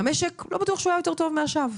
כשלא בטוח שהמשק היה יותר טוב מעכשיו.